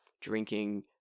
drinking